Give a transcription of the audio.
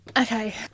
Okay